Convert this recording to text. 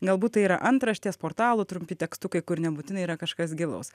galbūt tai yra antraštės portalų trumpi tekstukai kur nebūtinai yra kažkas gilaus